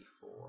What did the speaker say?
four